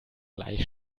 gleich